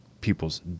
people's